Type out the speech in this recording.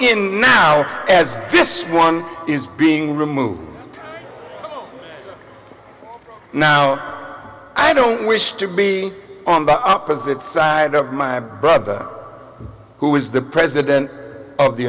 in now as this one is being removed now and i don't wish to be on the opposite side of my brother who is the president of the